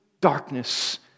darkness